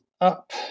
up